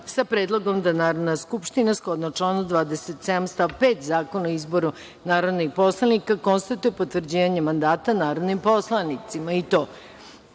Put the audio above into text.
sa predlogom da Narodna skupština, shodno članu 27. stav 5. Zakona o izboru narodnih poslanika konstatuje potvrđivanje mandata narodnim poslanicima i to